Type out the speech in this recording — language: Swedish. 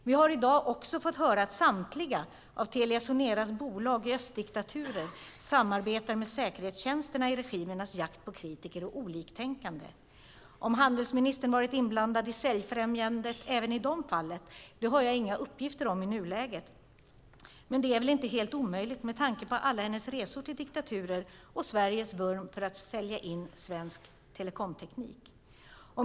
Vi har i dag också fått höra att samtliga av Telia Soneras bolag i östdiktaturer samarbetar med säkerhetstjänsterna i regimernas jakt på kritiker och oliktänkande. Om handelsministern varit inblandad i säljfrämjandet även i de fallen har jag inga uppgifter om i nuläget, men det är väl inte helt omöjligt med tanke på alla hennes resor till diktaturer och Sveriges vurm för att sälja in svensk telekomteknik.